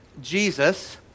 Jesus